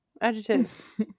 Adjective